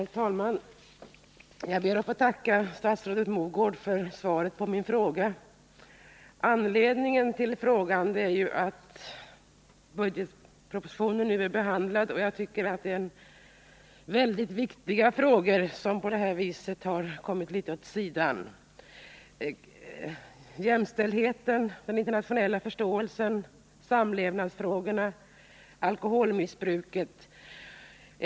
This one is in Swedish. Herr talman! Jag ber att få tacka statsrådet Mogård för svaret på min fråga. Anledningen till att jag ställde frågan var behandlingen i budgetpropositionen av i mitt tycke mycket viktiga frågor. Frågorna om jämställdhet, internationell förståelse, samlevnad och alkoholmissbruk hade i propositionen kommit litet åt sidan.